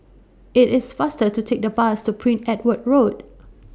IT IS faster to Take The Bus to Prince Edward Road